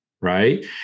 right